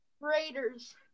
Raiders